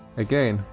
again,